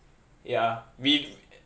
ya we